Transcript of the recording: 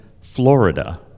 Florida